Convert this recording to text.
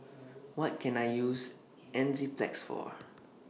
What Can I use Enzyplex For